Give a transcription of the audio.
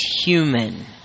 human